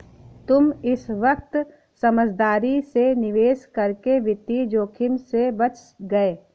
तुम इस वक्त समझदारी से निवेश करके वित्तीय जोखिम से बच गए